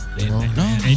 No